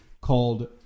called